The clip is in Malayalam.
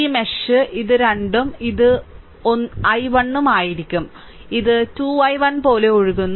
ഈ മെഷ് ഇത് 2 ഉം i 1 ഉം ആയിരിക്കും ഇത് 2 i 1 പോലെ ഒഴുകുന്നു